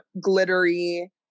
glittery